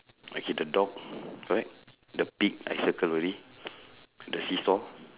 okay the dog correct the pig I circle already the seesaw